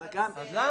אז חסכתי פה פעמיים.